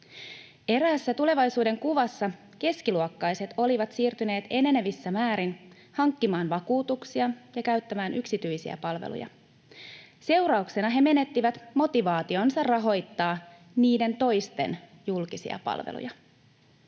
Eräässä tulevaisuudenkuvassa keskiluokkaiset olivat siirtyneet enenevissä määrin hankkimaan vakuutuksia ja käyttämään yksityisiä palveluja. Sen seurauksena he menettivät motivaationsa rahoittaa niiden toisten julkisia palveluja.